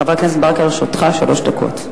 חבר הכנסת ברכה, לרשותך שלוש דקות.